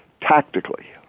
tactically